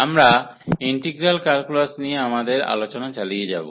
আমরা integral calculus নিয়ে আমাদের আলোচনা চালিয়ে যাব